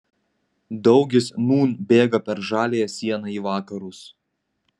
daugis nūn bėga per žaliąją sieną į vakarus